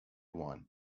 won